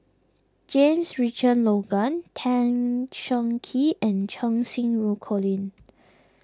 James Richardson Logan Tan Cheng Kee and Cheng Xinru Colin